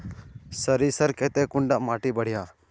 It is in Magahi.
सरीसर केते कुंडा माटी बढ़िया?